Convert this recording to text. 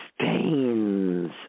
stains